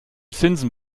zinsen